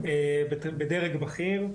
בדרג בכיר.